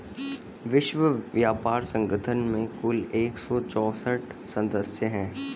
विश्व व्यापार संगठन में कुल एक सौ चौसठ सदस्य हैं